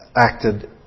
acted